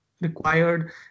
required